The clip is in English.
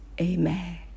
amen